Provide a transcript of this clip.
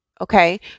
Okay